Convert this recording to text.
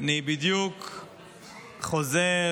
אני בדיוק חוזר,